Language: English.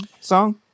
song